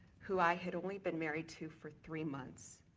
who i had only been married to for three months,